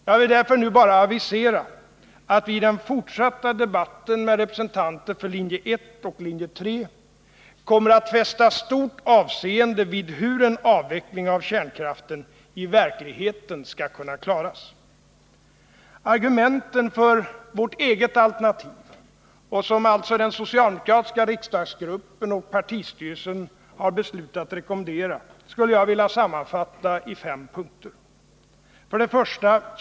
Jag vill därför nu bara avisera att vi i den fortsatta debatten med representanter för linje 1 och linje 3 kommer att fästa stort avseende vid hur en avveckling av kärnkraften i verkligheten skall kunna klaras. Argumenten för vårt eget alternativ, som alltså den socialdemokratiska riksdagsgruppen och partistyrelsen beslutat rekommendera, skulle jag vilja sammanfatta i fem punkter: 1.